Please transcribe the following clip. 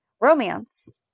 Romance